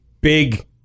big